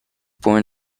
born